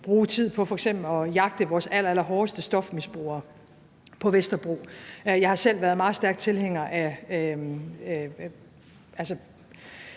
bruge tid på f.eks. at jagte vores allerhårdeste stofmisbrugere på Vesterbro. Jeg har selv været meget stærk tilhænger af